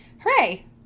hooray